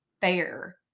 fair